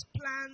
plans